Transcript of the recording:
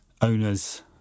owners